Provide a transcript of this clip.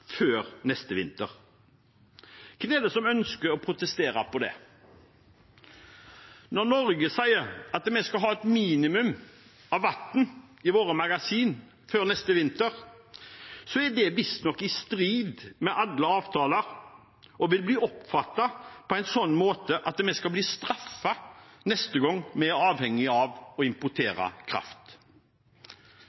før neste vinter. Hvem er det som ønsker å protestere på det? Når Norge sier at vi skal ha et minimum av vann i våre magasiner før neste vinter, er det visstnok i strid med alle avtaler og vil bli oppfattet på en sånn måte at vi skal bli straffet neste gang vi er avhengige av å